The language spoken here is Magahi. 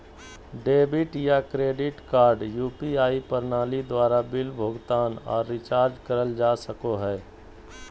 डेबिट या क्रेडिट कार्ड यू.पी.आई प्रणाली द्वारा बिल भुगतान आर रिचार्ज करल जा सको हय